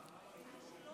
היא